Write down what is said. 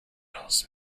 littles